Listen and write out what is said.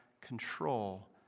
control